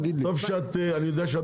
טוב שאני יודע שאת